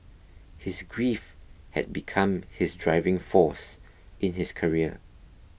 his grief had become his driving force in his career